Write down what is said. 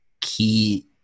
key